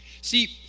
See